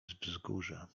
wzgórze